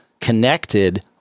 connected